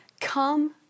Come